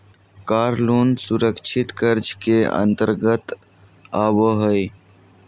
कार loan सुरक्षित कर्ज के अंतर्गत आबो हय